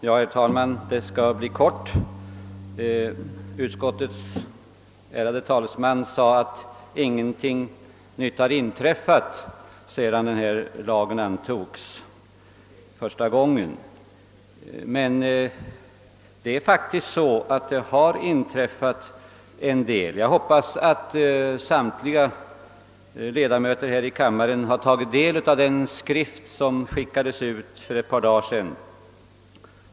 Herr talman! Utskottets ärade talesman sade att ingenting nytt har inträffat sedan denna lag antogs. Det har emellertid faktiskt inträffat en del. Jag hoppas att samtliga ledamöter här i kammaren har tagit del av den skrift som skickades ut för ett par dagar sedan.